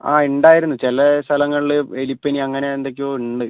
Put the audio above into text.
ആ ഉണ്ടായിരുന്നു ചില സ്ഥലങ്ങളില് എലിപ്പനി അങ്ങനെ എന്തൊക്കെയോ ഉണ്ട്